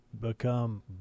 become